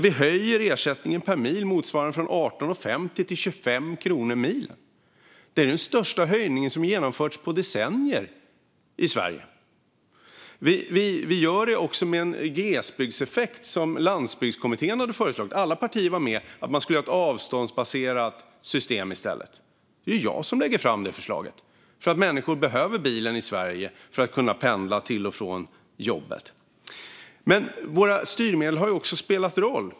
Vi höjer ersättningen per mil från 18,50 till 25 kronor milen. Det är den största höjningen som har genomförts på decennier i Sverige. Vi gör det också med en glesbygdseffekt som Landsbygdskommittén har föreslagit. Alla partier var med på att man skulle ha ett avståndsbaserat system i stället. Det är jag som lägger fram detta förslag för att människor behöver bilen i Sverige för att kunna pendla till och från jobbet. Våra styrmedel har också spelat roll.